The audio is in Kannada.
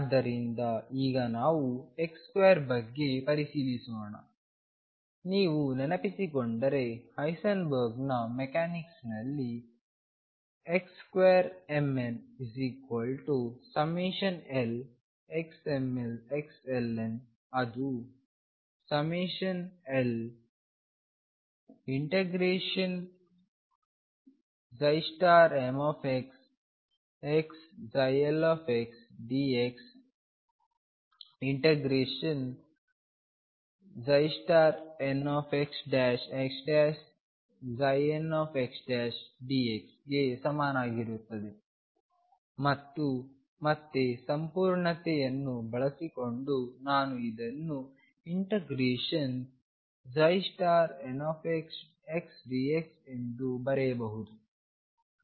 ಆದ್ದರಿಂದ ಈಗ ನಾವು x2 ಬಗ್ಗೆ ಪರಿಶೀಲಿಸೋಣ ನೀವು ನೆನಪಿಸಿಕೊಂಡರೆ ಹೈಸೆನ್ಬರ್ಗ್ನ ಮೆಕ್ಯಾನಿಕ್ಸ್ನಲ್ಲಿನ xmn2lxmlxln ಅದು l∫mxxldx∫nxxnxdx ಗೆ ಸಮನಾಗಿರುತ್ತದೆ ಮತ್ತು ಮತ್ತೆ ಸಂಪೂರ್ಣತೆಯನ್ನು ಬಳಸಿಕೊಂಡು ನಾನು ಇದನ್ನು ∫nxxdx ಎಂದು ಬರೆಯಬಹುದು